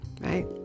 right